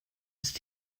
ist